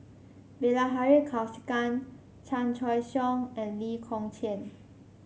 Bilahari Kausikan Chan Choy Siong and Lee Kong Chian